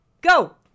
go